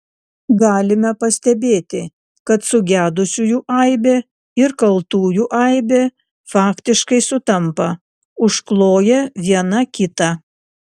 galime pastebėti kad sugedusiųjų aibė ir kaltųjų aibė faktiškai sutampa užkloja viena kitą